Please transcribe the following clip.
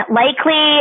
likely